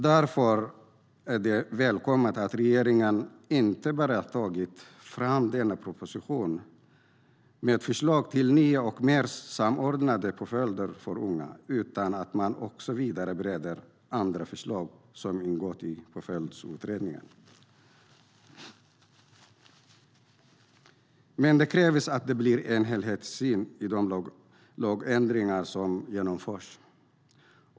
Därför är det välkommet att regeringen inte bara tagit fram denna proposition med förslag till nya och mer samordnade påföljder för unga utan att man också vidare bereder andra förslag som ingått i Påföljdsutredningen. Det krävs dock en helhetssyn i de lagändringar som genomförs.